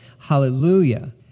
hallelujah